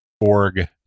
org